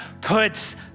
puts